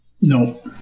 No